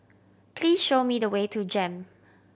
please show me the way to JEM